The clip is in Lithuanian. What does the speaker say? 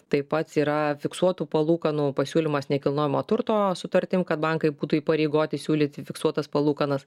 taip pat yra fiksuotų palūkanų pasiūlymas nekilnojamo turto sutartim kad bankai būtų įpareigoti siūlyti fiksuotas palūkanas